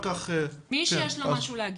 מי שיש לו משהו להגיד.